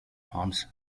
hans